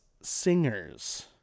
singers